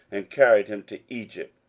and carried him to egypt.